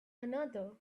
another